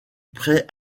prêt